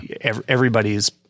everybody's